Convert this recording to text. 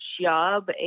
job